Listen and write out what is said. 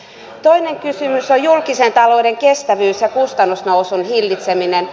toinen kysymys on julkisen talouden kestävyys ja kustannusnousun hillitseminen